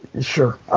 Sure